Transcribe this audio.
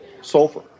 sulfur